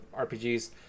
RPGs